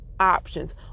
options